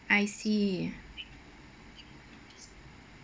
I see